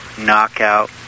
knockout